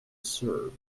serve